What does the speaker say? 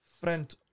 friend